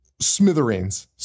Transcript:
smithereens